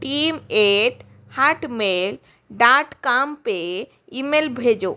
team at Hotmail dot com पर email भेजो